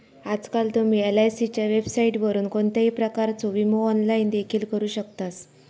आजकाल तुम्ही एलआयसीच्या वेबसाइटवरून कोणत्याही प्रकारचो विमो ऑनलाइन देखील करू शकतास